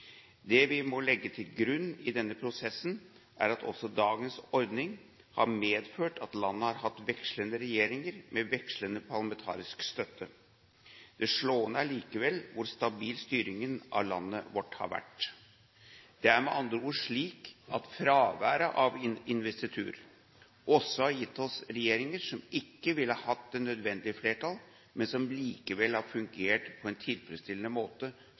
Det vi må legge til grunn i denne prosessen, er at også dagens ordning har medført at landet har hatt vekslende regjeringer med vekslende parlamentarisk støtte. Det slående er likevel hvor stabil styringen av landet vårt har vært. Det er med andre ord slik at fraværet av investitur også har gitt oss regjeringer som ikke ville ha hatt det nødvendige flertall, men som likevel har fungert på en tilfredsstillende måte,